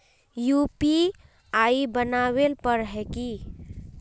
UPI बनावेल पर है की?